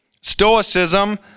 Stoicism